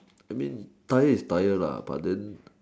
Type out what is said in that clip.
I mean tired is tired but then